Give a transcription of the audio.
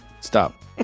Stop